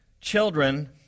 Children